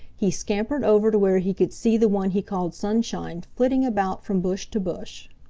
he scampered over to where he could see the one he called sunshine flitting about from bush to bush.